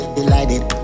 delighted